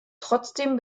trotzdem